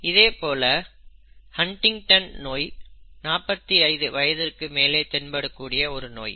இதேபோல ஹன்டிங்டன் நோய் 45 வயதுக்கு மேல் தென்படக்கூடிய ஒரு நோய்